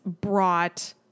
brought